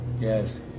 Yes